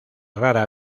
rara